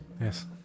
yes